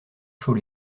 chaud